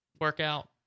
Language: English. workout